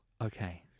okay